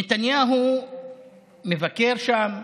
נתניהו מבקר שם,